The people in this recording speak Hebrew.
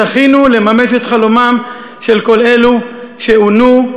זכינו לממש את חלומם של כל אלו שעונו,